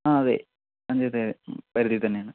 ആ അതെ പരിധിയിൽ തന്നെയാണ്